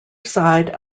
side